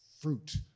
fruit